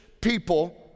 people